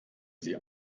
sie